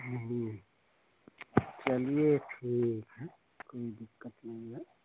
हूं हूं चलिए ठीक है कोई दिक्कत नहीं है